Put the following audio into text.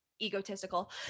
egotistical